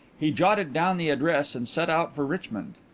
he jotted down the address and set out for richmond.